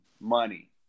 money